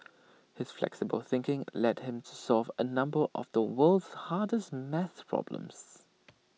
his flexible thinking led him to solve A number of the world's hardest math problems